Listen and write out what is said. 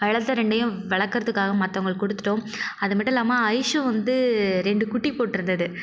வளர்த்த ரெண்டையும் வளர்க்குறதுக்காக மத்தவங்களுக்கு கொடுத்துட்டோம் அது மட்டும் இல்லாமல் ஐசு வந்து ரெண்டு குட்டி போட்டிருந்தது